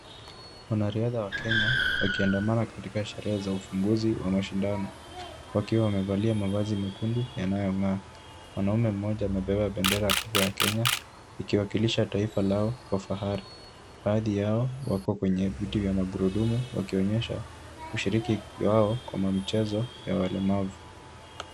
Wanariadha wakenya wakiandamana katika sherehe za ufunguzi wa mashindano wakiwa wamevalia mavazi mekundu yanayong'aa. Mwanamume mmoja amebeba bendera kubwa ya Kenya ikiwakilisha taifa lao kwa fahari. Baadhi yao wako kwenye viti vya magurudumu wakionyesha ushiriki wao kwa michezo ya walemavu.